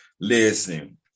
listen